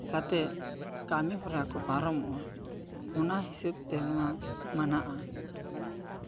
ᱢᱤᱫ ᱠᱟᱛᱮᱜ ᱠᱟᱹᱢᱤ ᱦᱚᱨᱟ ᱠᱚ ᱯᱟᱨᱚᱢᱚᱜᱼᱟ ᱚᱱᱟ ᱦᱤᱥᱟᱹᱵ ᱛᱮ ᱱᱚᱣᱟ ᱢᱟᱱᱟᱜᱼᱟ